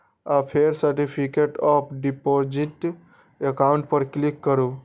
आ फेर certificate of deposit account पर क्लिक करू